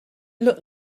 looked